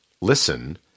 listen